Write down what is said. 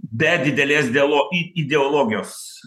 be didelės deolo i ideologijos